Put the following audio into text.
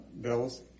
bills